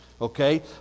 okay